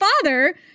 father